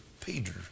Peter